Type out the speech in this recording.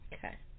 Okay